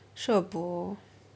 sure bo